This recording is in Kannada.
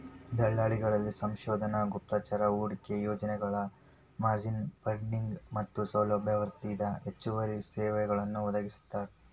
ದಲ್ಲಾಳಿಗಳ ಸಂಶೋಧನೆ ಗುಪ್ತಚರ ಹೂಡಿಕೆ ಯೋಜನೆಗಳ ಮಾರ್ಜಿನ್ ಫಂಡಿಂಗ್ ಮತ್ತ ಮೌಲ್ಯವರ್ಧಿತ ಹೆಚ್ಚುವರಿ ಸೇವೆಗಳನ್ನೂ ಒದಗಿಸ್ತಾರ